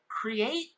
create